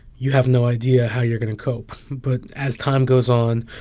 you have no idea how you're going to cope. but as time goes on,